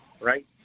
Right